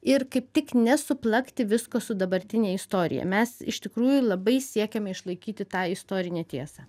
ir kaip tik nesuplakti visko su dabartine istorija mes iš tikrųjų labai siekiame išlaikyti tą istorinę tiesą